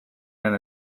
and